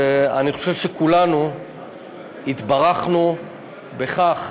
אני חושב שכולנו התברכנו בכך